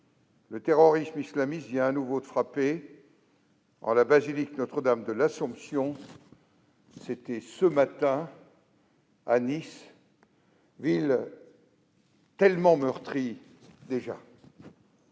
le terrorisme islamiste vient de nouveau de frapper en la basilique Notre-Dame de l'Assomption, ce matin, à Nice, ville tellement meurtrie.